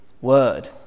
word